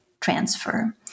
transfer